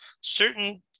Certain